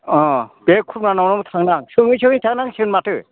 अ बे खुरमानाव थांनि आं सोङै सोङै थांनांसिगोन माथो